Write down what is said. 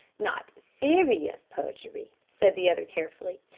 not serious perjury, said the other carefully.